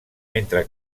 mentre